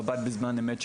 מב"ד בזמן אמת,